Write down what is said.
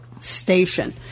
station